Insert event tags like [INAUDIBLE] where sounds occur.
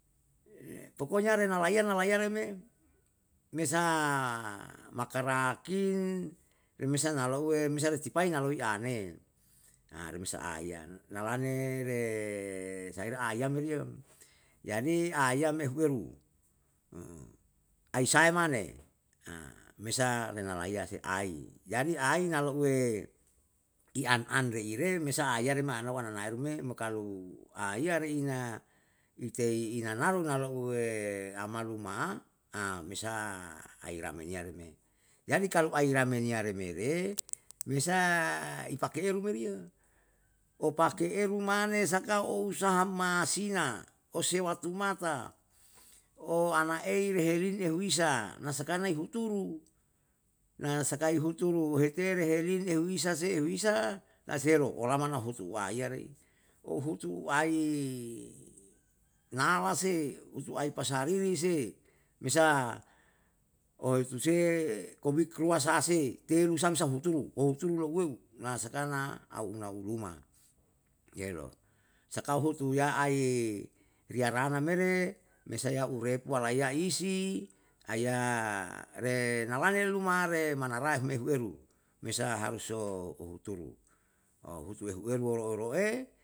Pokoknya renalaiya nalaiya re me mesa makarakin remesa na lauwe mesa retipai naloi ane, remesa aiyana. Na lane re saire ma aiya meri yo, jadi aiya me hueru, [HESITATION] aisae mane, [HESITATION] mesa renalaiya se ai, jadi na louwe i an an reire mesa aiya rema anau ananaeru me, mo kalu aiya reina itei inanaru nalouwe amaluma, mesa aimareniya ru me. Jadi kalu airameniya remere, mesa ipake eru meri yo, opakeru mane saka ou saha masina, osewa tumata, oana ei reherin ehuisa, nasakana ihuturu, nai sakai huturu uheke reherin euisa se, euisa nasero oholama na hutuwa iyare. Ohutu ai nala se, utu ai pasariri se, mesa oitu se, kobik rua sase, telu samsa huturu, ouhuturu louweu nasakan auma uluma, yelo. Sakau hutuya ai riya rana mere, mesaya urepu walaya isi, aya re nalane luma are manarahe um ehu eru, mesa haruso huhuturu, ohutu wehu eroe roe